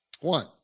One